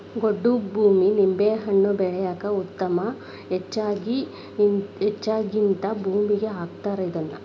ಗೊಡ್ಡ ಭೂಮಿ ನಿಂಬೆಹಣ್ಣ ಬೆಳ್ಯಾಕ ಉತ್ತಮ ಹೆಚ್ಚಾಗಿ ಹಿಂತಾ ಭೂಮಿಗೆ ಹಾಕತಾರ ಇದ್ನಾ